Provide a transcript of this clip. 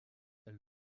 elle